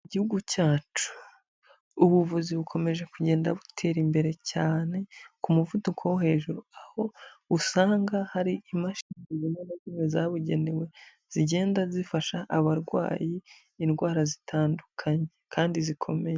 Igihugu cyacu, ubuvuzi bukomeje kugenda butera imbere cyane ku muvuduko wo hejuru, aho usanga hari imashini zimwe na zimwe zabugenewe, zigenda zifasha abarwaye indwara zitandukanye kandi zikomeye.